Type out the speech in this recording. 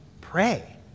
pray